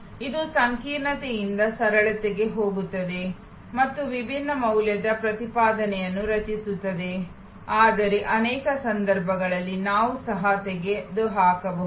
ಇದು ಸಂಕೀರ್ಣತೆಯಿಂದ ಸರಳತೆಗೆ ಹೋಗುತ್ತದೆ ಮತ್ತು ವಿಭಿನ್ನ ಮೌಲ್ಯದ ಪ್ರತಿಪಾದನೆಯನ್ನು ರಚಿಸುತ್ತದೆ ಆದರೆ ಅನೇಕ ಸಂದರ್ಭಗಳಲ್ಲಿ ನಾವು ಸಹ ತೆಗೆದುಹಾಕಬಹುದು